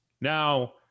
Now